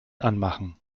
anmachen